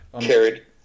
Carried